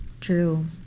True